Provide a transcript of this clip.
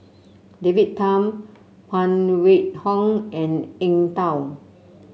David Tham Phan Wait Hong and Eng Tow